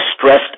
stressed